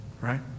Right